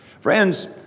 Friends